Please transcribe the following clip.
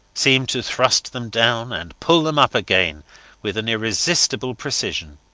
seemed to thrust them down and pull them up again with an irresistible precision.